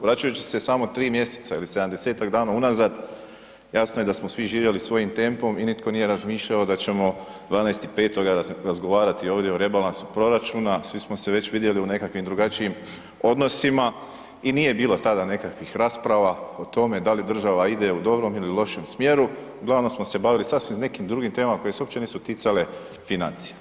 Vraćajući se samo 3 mjeseca ili 70-tak dana unazad jasno je da smo svi živjeli svojim tempom i nitko nije razmišljao da ćemo 12.5. razgovarati ovdje o rebalansu proračuna, svi smo se već vidjeli u nekakvim drugačijim odnosima i nije bilo tada nekakvih rasprava o tome da li država ide u dobrom ili lošem smjeru, uglavnom smo se bavili sasvim nekim drugim temama koje se uopće nisu ticale financija.